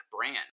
brand